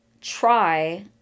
try